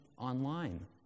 online